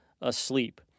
asleep